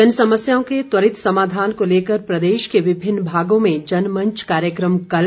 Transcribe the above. जनसमस्याओं के त्वरित समाधान को लेकर प्रदेश के विभिन्न भागों में जनमंच कार्यक्रम कल